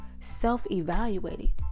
Self-evaluating